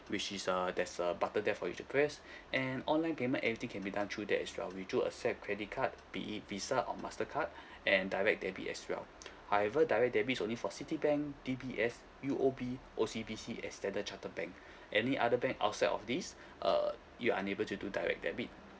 which is err there's a button there for you to press and online payment everything can be done through there as well we do accept credit card be it visa or mastercard and direct debit as well however direct debit is only for citibank D_B_S U_O_B O_C_B_C and standard chartered bank any other bank outside of this err you're unable to do direct debit